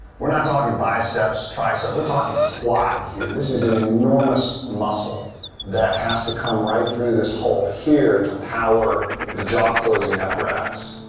we're not talking biceps, triceps here, we're talking quad here. this is an enormous muscle that has to come right through this hole here to power the jaw-closing apparatus.